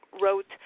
wrote